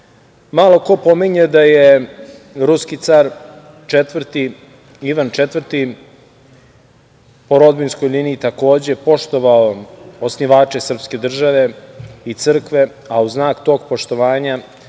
ko pominje da je ruski car Ivan IV po rodbinskoj liniji, takođe, poštovao osnivače srpske države i crkve, a u znak tog poštovanja